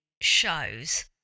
shows